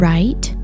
Right